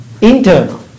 internal